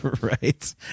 Right